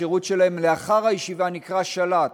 השירות שלהם לאחר הישיבה נקרא של"ת,